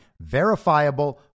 verifiable